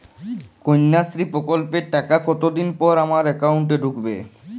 কন্যাশ্রী প্রকল্পের টাকা কতদিন পর আমার অ্যাকাউন্ট এ ঢুকবে?